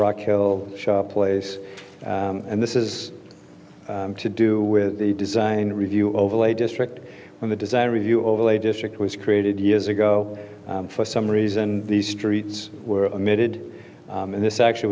rockhill shop place and this is to do with the design review overlay district when the design review overlay district was created years ago for some reason these streets were omitted and this actually